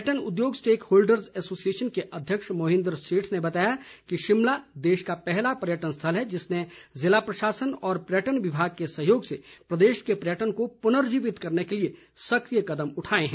पर्यटन उद्योग stakeholders association के अध्यक्ष मोहिन्द्र सेठ ने बताया कि शिमला देश का पहला पर्यटन स्थल है जिसने जिला प्रशासन और पर्यटन विभाग के सहयोग से प्रदेश के पर्यटन को पुनर्जीवित करने के लिए सक्रिय कदम उठाए हैं